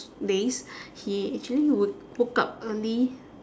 days he actually would woke up early